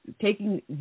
taking